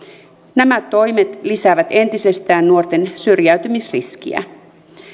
nämä toimet lisäävät entisestään nuorten syrjäytymisriskiä